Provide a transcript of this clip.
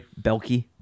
Belky